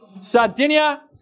Sardinia